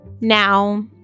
Now